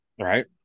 Right